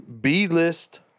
B-list